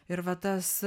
ir va tas